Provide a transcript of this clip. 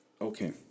Okay